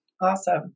Awesome